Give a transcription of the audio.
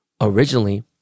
originally